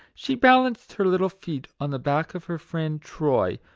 she balanced her little feet on the back of her friend troy,